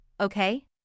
okay